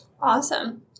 awesome